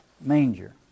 manger